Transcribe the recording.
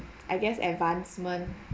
I guess advancement